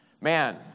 man